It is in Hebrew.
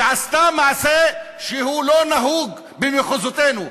ועשתה מעשה שהוא לא נהוג במחוזותינו,